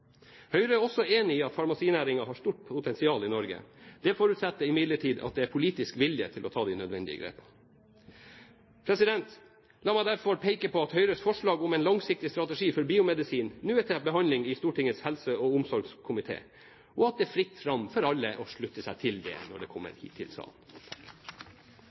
Høyre er også enig i at farmasinæringen har stort potensial i Norge. Det forutsetter imidlertid at det er politisk vilje til å ta de nødvendige grep. La meg derfor peke på at Høyres forslag om en langsiktig strategi for biomedisin nå er til behandling i Stortingets helse- og omsorgskomité, og at det er fritt fram for alle å slutte seg til det når det kommer hit til salen.